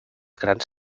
grans